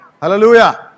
Hallelujah